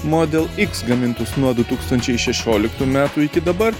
model x gamintus nuo du tūkstančiai šešioliktų metų iki dabar